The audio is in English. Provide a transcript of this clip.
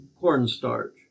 cornstarch